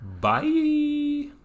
Bye